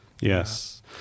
Yes